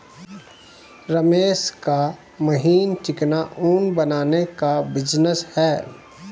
रमेश का महीन चिकना ऊन बनाने का बिजनेस है